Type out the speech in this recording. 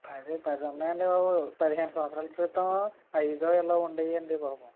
అదే పది ఉన్నాయి అండి బాబు పదిహేను సంవత్సరాల క్రితం అయిదో ఎన్నో ఉండేవండి బాబు